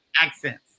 accents